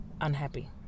unhappy